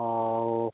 ऑ